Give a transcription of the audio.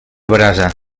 brasa